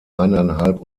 eineinhalb